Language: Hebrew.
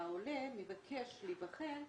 כשהעולה מבקש להיבחן,